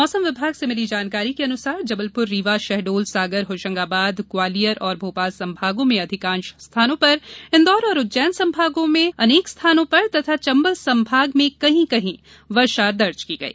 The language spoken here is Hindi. मौसम विभाग से मिली जानकारी के अनुसार जबलपुर रीवा शहडोल सागर होशंगाबाद ग्वालियर और भोपाल संभागों में अधिकांश स्थानों पर इंदौर और उज्जैन संभागों में अनेक स्थानों पर तथा चंबल संभाग के जिलों में कहीं कहीं वर्षा दर्ज की गई